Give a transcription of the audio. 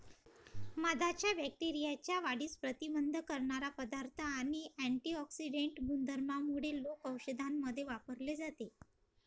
मधाच्या बॅक्टेरियाच्या वाढीस प्रतिबंध करणारा पदार्थ आणि अँटिऑक्सिडेंट गुणधर्मांमुळे लोक औषधांमध्ये वापरले जाते